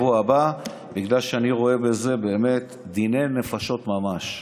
בגלל שאני רואה בזה באמת דיני נפשות ממש.